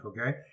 okay